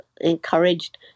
encouraged